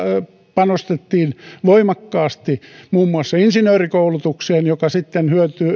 panostettiin voimakkaasti muun muassa insinöörikoulutukseen joka sitten